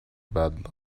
bad